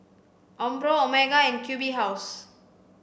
Umbro Omega and Q B House